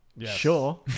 sure